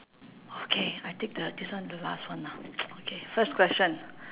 okay I take the this one the last one lah K first question